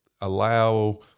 allow